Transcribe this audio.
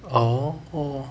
oh oh